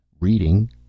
Reading